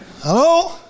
Hello